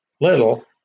little